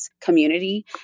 community